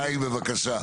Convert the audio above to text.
חיים, בבקשה.